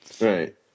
Right